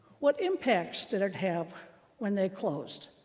what impacts did it have when they closed?